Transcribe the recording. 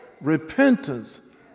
repentance